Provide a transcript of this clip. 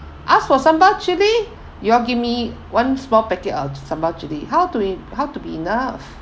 ask for sambal chili you all give me one small packet of sambal chili how to how to be enough